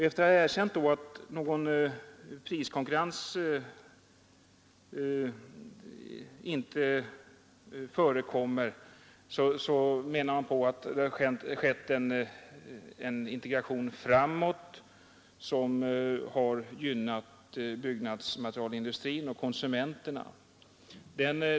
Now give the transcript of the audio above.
Efter att ha erkänt att någon priskonkurrens inte förekommer menar man att det skett en integration framåt som har gynnat byggnadsmaterialindustrin och konsumenterna.